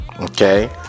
okay